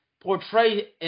portray